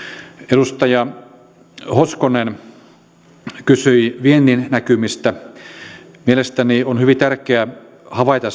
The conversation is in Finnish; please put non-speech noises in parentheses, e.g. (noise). edustaja hoskonen kysyi viennin näkymistä mielestäni on hyvin tärkeää havaita (unintelligible)